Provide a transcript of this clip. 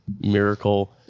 miracle